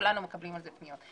כולנו מקבלים על זה פניות,